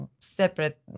separate